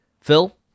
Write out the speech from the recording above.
Phil